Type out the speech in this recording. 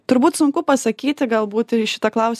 turbūt sunku pasakyti galbūt ir į šitą klaus